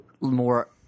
more